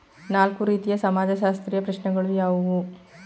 ನಾಲ್ಕು ರೀತಿಯ ಸಮಾಜಶಾಸ್ತ್ರೀಯ ಪ್ರಶ್ನೆಗಳು ಯಾವುವು?